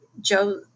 Joe